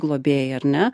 globėjai ar ne